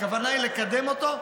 הכוונה היא לקדם אותו.